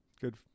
Good